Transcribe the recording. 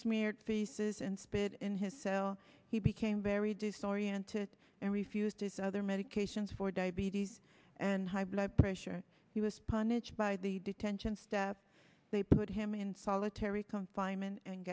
smeared faeces and spit in his cell he became very disoriented and refused his other medications for diabetes and high blood pressure he was punished by the detention step they put him in solitary confinement and